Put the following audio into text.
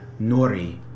Nori